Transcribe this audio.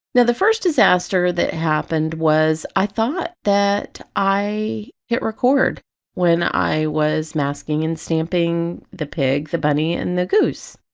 the the first disaster that happened was i thought that i hit record when i was masking and stamping the pig, the bunny and the goose,